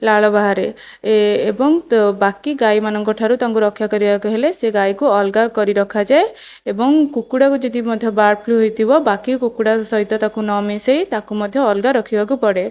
ଲାଳ ବାହାରେ ଏବଂ ତ ବାକି ଗାଈମାନଙ୍କ ଠାରୁ ତାଙ୍କୁ ରକ୍ଷା କରିବାକୁ ହେଲେ ସେ ଗାଈକୁ ଅଲଗା କରି ରଖାଯାଏ ଏବଂ କୁକୁଡ଼ାକୁ ଯଦି ମଧ୍ୟ ବାର୍ଡ଼ ଫ୍ଲୁ ହୋଇଥିବ ବାକି କୁକୁଡ଼ା ସହିତ ତାକୁ ନମିଶାଇ ତାକୁ ମଧ୍ୟ ଅଲଗା ରଖିବାକୁ ପଡ଼େ